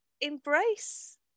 embrace